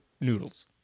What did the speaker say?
noodles